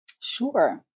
Sure